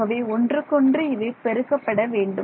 ஆகவே ஒன்றுக்கொன்று இவை பெருக்கப்பட வேண்டும்